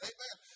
Amen